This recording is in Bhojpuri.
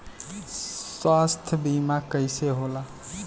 स्वास्थ्य बीमा कईसे होला?